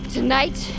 Tonight